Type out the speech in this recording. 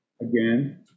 again